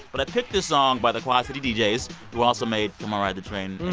but i picked this song by the quad city dj's, who also made come on, ride the train,